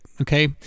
okay